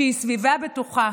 שהיא סביבה בטוחה.